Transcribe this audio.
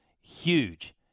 Huge